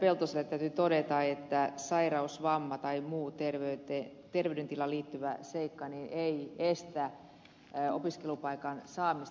peltoselle täytyy todeta että sairaus vamma tai muu terveydentilaan liittyvä seikka ei estä opiskelupaikan saamista